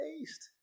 taste